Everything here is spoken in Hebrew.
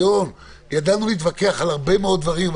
ידענו להתווכח על הרבה מאוד דברים,